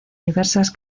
diversas